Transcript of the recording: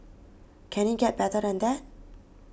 can it get better than that